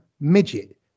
midget